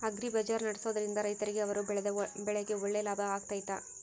Agri ಬಜಾರ್ ನಡೆಸ್ದೊರಿಂದ ರೈತರಿಗೆ ಅವರು ಬೆಳೆದ ಬೆಳೆಗೆ ಒಳ್ಳೆ ಲಾಭ ಆಗ್ತೈತಾ?